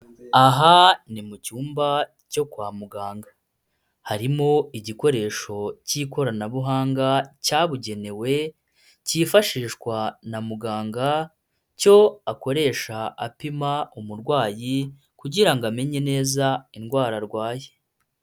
Aha ni mu cyumba cyo kwa muganga, harimo igikoresho k'ikoranabuhanga cyabugenewe, cyifashishwa na muganga, cyo akoresha apima umurwayi, kugira ngo amenye neza indwara arwaye.